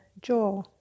jaw